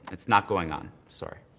it's not going on, sorry.